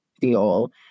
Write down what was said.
deal